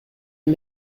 and